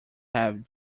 have